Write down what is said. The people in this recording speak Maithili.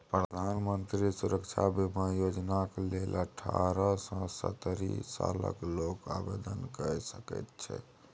प्रधानमंत्री सुरक्षा बीमा योजनाक लेल अठारह सँ सत्तरि सालक लोक आवेदन कए सकैत छै